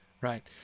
right